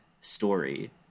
story